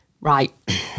right